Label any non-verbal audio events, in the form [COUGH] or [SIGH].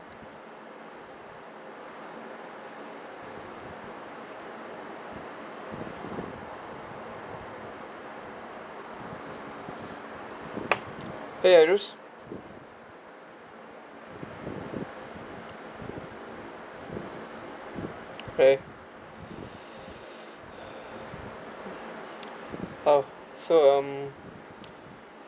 !hey! aresh [BREATH] !hey! oh so um